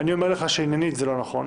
אני אומר לך שעניינית זה לא נכון,